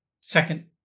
second